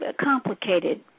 complicated